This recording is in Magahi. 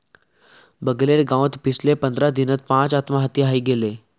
बगलेर गांउत पिछले पंद्रह दिनत पांच आत्महत्या हइ गेले